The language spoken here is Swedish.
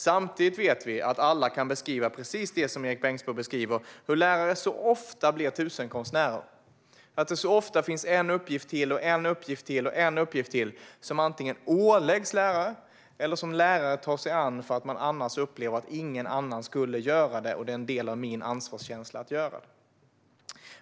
Samtidigt vet vi att alla kan beskriva, precis det som Erik Bengtzboe beskriver, hur lärare så ofta blir tusenkonstnärer, att det så ofta finns en uppgift till och en uppgift till som antingen åläggs lärare eller som lärare tar sig an därför att man annars upplever att ingen annan skulle göra det och att det är en del av ens ansvar att göra det.